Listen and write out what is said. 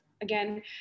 again